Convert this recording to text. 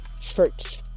Church